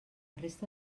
resta